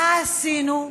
מה עשינו?